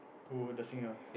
who the singer